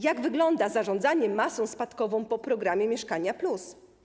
Jak wygląda zarządzanie masą spadkową po programie ˝Mieszkanie+˝